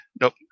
Nope